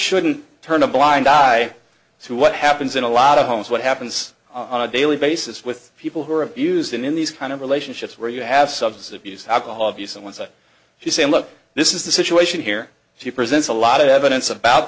shouldn't turn a blind eye to what happens in a lot of homes what happens on a daily basis with people who are abused and in these kind of relationships where you have subs abuse alcohol abuse on one side you say look this is the situation here she presents a lot of evidence about